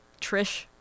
Trish